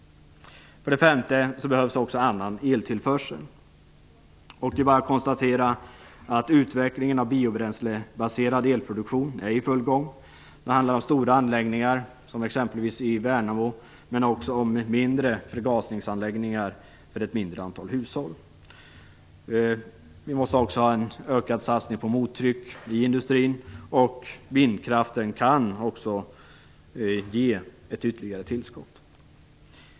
För det femte behövs också annan eltillförsel. Det är bara att konstatera att utvecklingen av biobränslebaserad elproduktion är i full gång. Det handlar om stora anläggningar, som exempelvis i Värnamo, men också om mindre förgasningsanläggningar för ett mindre antal hushåll. Vi måste också ha en ökad satsning på mottryck i industrin, och vindkraften kan också ge ett ytterligare tillskott.